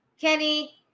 Kenny